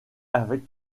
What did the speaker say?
avec